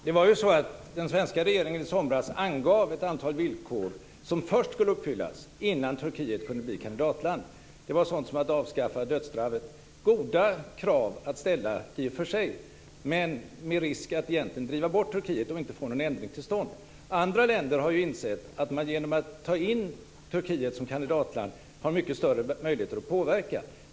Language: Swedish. Fru talman! Den svenska regeringen angav i somras ett antal villkor som först skulle uppfyllas innan Turkiet kunde bli kandidatland. Det var sådant som att Turkiet skulle avskaffa dödsstraffet. I och för sig var det goda krav, men risken var ju att man drev bort Turkiet och att man då inte skulle få någon ändring till stånd. Andra länder har ju insett att man genom att ta in Turkiet som kandidatland har mycket större möjligheter att påverka.